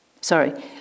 Sorry